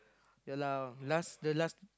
ya lah last the last